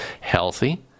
healthy